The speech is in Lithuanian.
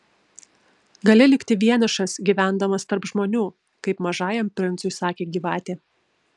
gali likti vienišas gyvendamas tarp žmonių kaip mažajam princui sakė gyvatė